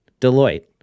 Deloitte